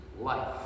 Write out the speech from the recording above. life